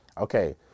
Okay